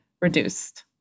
reduced